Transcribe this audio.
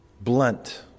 blunt